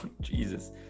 Jesus